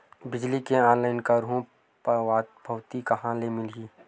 बिजली के ऑनलाइन करहु पावती कहां ले मिलही?